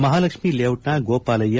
ಮಹಾಲಕ್ಷ್ಮೀ ಲೇಜಿಟ್ನ ಗೋಪಾಲಯ್ಯ